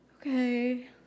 okay